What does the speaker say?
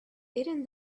eating